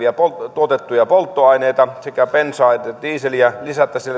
tuotettuja polttoaineita sekä bensaa että dieseliä lisättäisiin